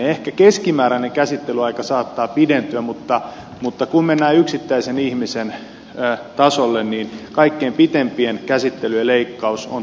ehkä keskimääräinen käsittelyaika saattaa pidentyä mutta kun mennään yksittäisen ihmisen tasolle niin kaikkein pisimpien käsittelyjen leikkaus on tärkeätä